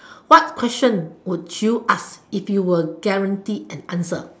what question would you ask if you were guarantee a answer